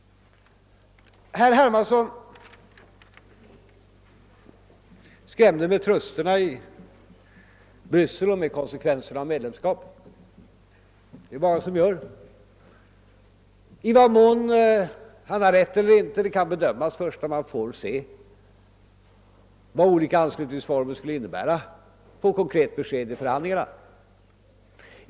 Herr Hermansson skrämde med trusterna i Bryssel och med konsekvenserna av medlemskap i EEC. I vad mån han har rätt eller inte kan bedömas först när man får se vad olika anslutningsformer skulle innebära och då man får konkret besked vid förhandlingarna.